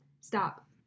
Stop